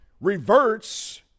reverts